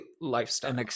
lifestyle